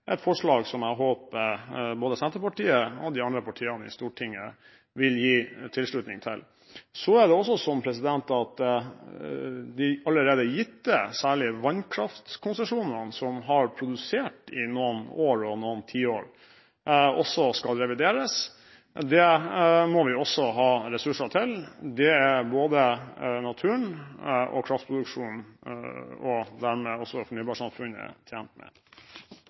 et forslag som jeg håper både Senterpartiet og de andre partiene i Stortinget vil gi tilslutning til. Så er det slik at de allerede gitte vannkraftkonsesjonene, særlig, som har produsert i noen år og noen tiår, også skal revideres. Det må vi også ha ressurser til. Det er både naturen, kraftproduksjonen og dermed også fornybarsamfunnet tjent med.